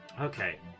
Okay